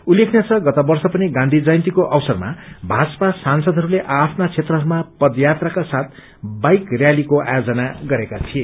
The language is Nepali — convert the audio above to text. उल्लेखनीय छ गत वर्ष पनि गाँधी जयन्तीको अवसरमा भाजपा सांसदहरूले आ आफ्ना क्षेत्रहरूमा पदयात्राका साथ बाइक रयालीको आयोजन गरेका थिए